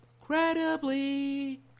incredibly